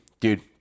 dude